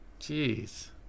jeez